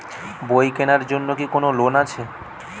বই কেনার জন্য কি কোন লোন আছে?